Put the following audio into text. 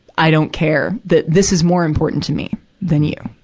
i don't care, that this is more important to me than you.